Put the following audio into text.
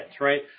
right